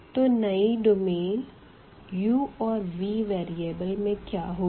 तो नयी domain u और v वेरीअबल में क्या होगी